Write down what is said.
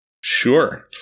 Sure